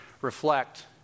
reflect